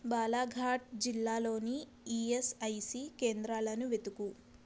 బాలాఘాట్ జిల్లాలోని ఈఎస్ఐసి కేంద్రాలను వెతుకు